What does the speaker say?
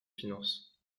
finances